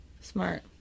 Smart